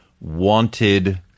wanted